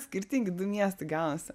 skirtingi du miestai gaunasi